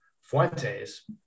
Fuentes